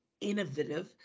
innovative